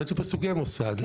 הראיתי פה סוגי מוסד,